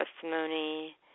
testimony